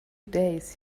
days